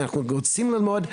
אנחנו רוצים ללמוד.